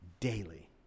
Daily